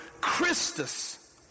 Christus